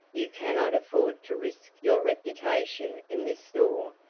you cannot afford to risk your reputation in this store,